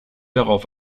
darauf